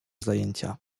zajęcia